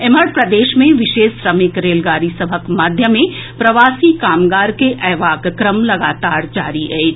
एम्हर प्रदेश मे विशेष श्रमिक रेलगाड़ी सभक माध्यमे प्रवासी कामगार के अएबाक क्रम लगातार जारी अछि